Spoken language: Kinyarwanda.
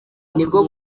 nibwo